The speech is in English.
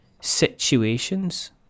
situations